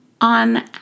on